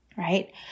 Right